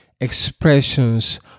expressions